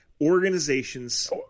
organizations –